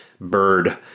bird